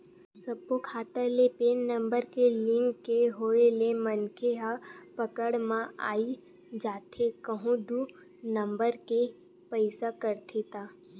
सब्बो खाता ले पेन नंबर के लिंक के होय ले मनखे ह पकड़ म आई जाथे कहूं दू नंबर के पइसा कमाथे ता